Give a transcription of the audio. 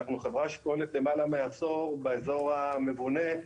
אנחנו חברה שפועלת למעלה מעשור באזור המבונה,